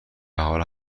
حالا